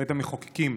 בית המחוקקים,